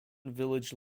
village